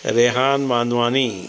Rihan Mandhwani